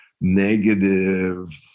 negative